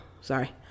sorry